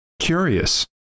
Curious